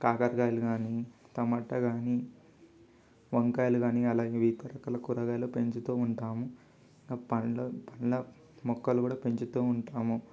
కాకరకాయలు కానీ టమాట కానీ వంకాయలు కానీ అలాగే ఇతర రకాల కూరగాయలు పెంచుతూ ఉంటాము పళ్ళు పండ్ల మొక్కలు కూడా పెంచుతూ ఉంటాము